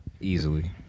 easily